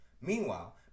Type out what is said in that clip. Meanwhile